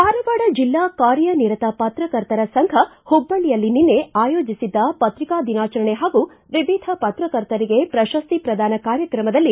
ಧಾರವಾಡ ಜಿಲ್ಲಾ ಕಾರ್ಯ ನಿರತ ಪತ್ರಕರ್ತರ ಸಂಘ ಹುಬ್ಬಳ್ಳಿಯಲ್ಲಿ ನಿನ್ನೆ ಆಯೋಜಿಸಿದ್ದ ಪತ್ರಿಕಾ ದಿನಾಚರಣೆ ಹಾಗೂ ವಿವಿಧ ಪತ್ರಕರ್ತರಿಗೆ ಪ್ರಶಸ್ತಿ ಪ್ರದಾನ ಕಾರ್ಯಕ್ರಮದಲ್ಲಿ